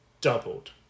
doubled